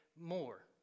more